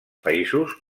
països